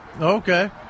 Okay